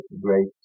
great